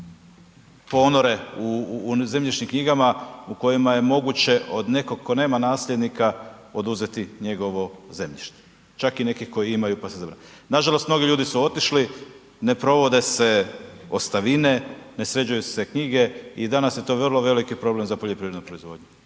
ponore u zemljišnim knjigama u kojima je moguće od nekog tko nema nasljednika, oduzeti njegovo zemljište, čak i neki koji imaju, pa se …/Govornik se ne razumije/… Nažalost, mnogi ljudi su otišli, ne provode se ostavine, ne sređuju se knjige i danas je to vrlo veliki problem za poljoprivrednu proizvodnju.